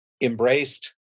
embraced